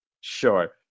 Sure